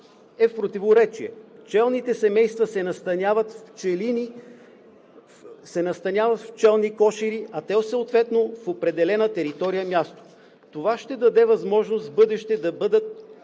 е в противоречие. Пчелните семейства се настаняват в пчелни кошери, а те съответно в определена територия – място. Това ще даде възможност в бъдеще да бъдат